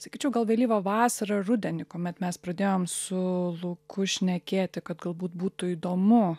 sakyčiau gal vėlyvą vasarą rudenį kuomet mes pradėjom su luku šnekėti kad galbūt būtų įdomu